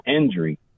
injury